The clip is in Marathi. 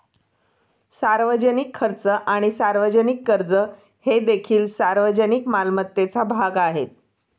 सार्वजनिक खर्च आणि सार्वजनिक कर्ज हे देखील सार्वजनिक मालमत्तेचा भाग आहेत